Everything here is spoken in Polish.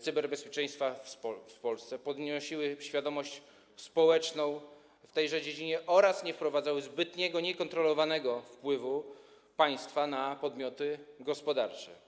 cyberbezpieczeństwa w Polsce, podnosiły świadomość społeczną w tejże dziedzinie oraz nie wprowadzały zbytniego niekontrolowanego wpływu państwa na podmioty gospodarcze.